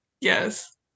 Yes